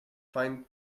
find